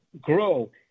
grow